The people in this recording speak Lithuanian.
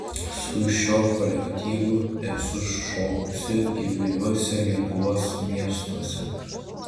su šiuo kolektyvu esu šokusi įvairiuose lietuvos miestuose